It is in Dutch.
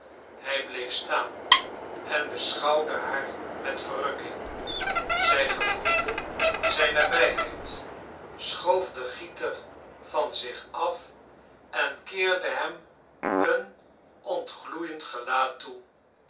hij bleef staan en beschouwde haar met verrukking zij gevoelde zijn nabijheid schoof den gieter van zich af en keerde hem een ontgloeiend gelaat toe